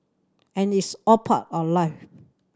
and it's all part of life